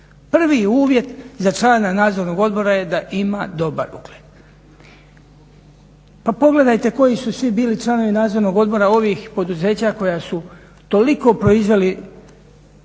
Prvi uvjet za člana Nadzornog odbora je da ima dobar ugled. Pa pogledajte koji su svi bili članovi Nadzornog odbora ovih poduzeća koja su toliko proizveli